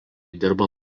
dirba